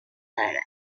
داره